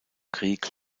krieg